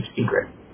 secret